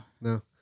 no